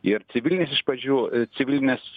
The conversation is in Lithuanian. ir civilinis iš pradžių civilinės